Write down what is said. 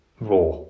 raw